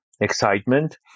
excitement